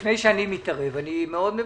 במה שאני אוכל לעזור, אני אעזור.